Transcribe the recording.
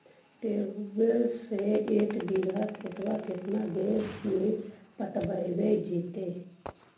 Tubewell से एक बिघा खेत केतना देर में पटैबए जितै?